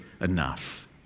enough